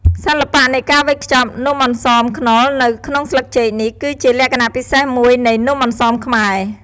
សិល្បៈនៃការវេចខ្ចប់នំអន្សមខ្នុរនៅក្នុងស្លឹកចេកនេះ គឺជាលក្ខណៈពិសេសមួយនៃនំអន្សមខ្មែរ។